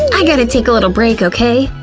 i gotta take a little break, okay?